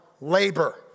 labor